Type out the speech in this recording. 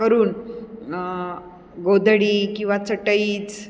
करून गोधडी किंवा चटईच